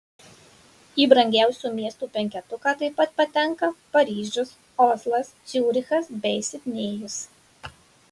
į brangiausių miestų penketuką taip pat patenka paryžius oslas ciurichas bei sidnėjus